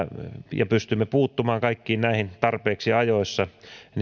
ja pystymme puuttumaan kaikkiin näihin tarpeeksi ajoissa